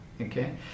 Okay